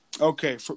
Okay